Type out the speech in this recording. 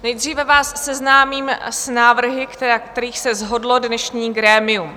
Nejdříve vás seznámím s návrhy, na kterých se shodlo dnešní grémium.